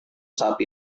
saat